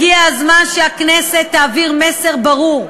הגיע הזמן שהכנסת תעביר מסר ברור: